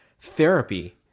therapy